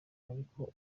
ariko